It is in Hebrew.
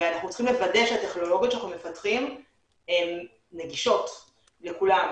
ואנחנו צריכים לוודא שהטכנולוגיות שאנחנו מפתחים נגישות לכולם.